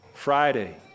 Friday